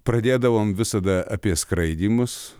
pradėdavom visada apie skraidymus